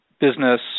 business